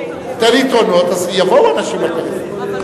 אז יבואו אנשים לפריפריה.